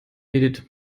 edith